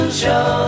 show